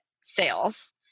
sales